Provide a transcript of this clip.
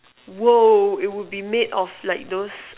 !whoa! it would be made of like those